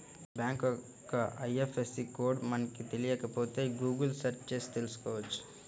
bank యొక్క IFSC code మనకు తెలియకపోతే గుగుల్ సెర్చ్ చేసి తెల్సుకోవచ్చు